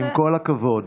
עם כל הכבוד,